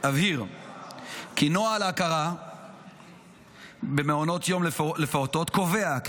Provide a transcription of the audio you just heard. אבהיר כי נוהל ההכרה במעונות יום לפעוטות קובע כי